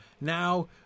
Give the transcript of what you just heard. Now